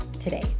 today